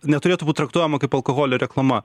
neturėtų būt traktuojama kaip alkoholio reklama